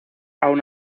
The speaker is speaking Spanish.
aun